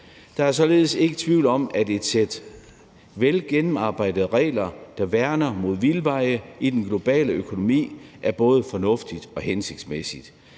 Der er således ikke tvivl om, at et sæt velgennemarbejdede regler, der værner mod vildveje i den globale økonomi, er både fornuftigt og hensigtsmæssigt.